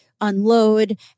unload